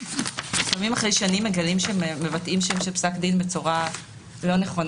לפעמים אחרי שנים מגלים שמבטאים שם של פסק דין בצורה לא נכונה.